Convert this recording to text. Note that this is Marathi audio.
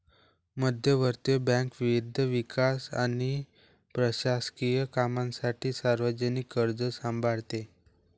मध्यवर्ती बँक विविध विकास आणि प्रशासकीय कामांसाठी सार्वजनिक कर्ज सांभाळते